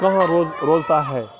کہاں روز روزتا ہے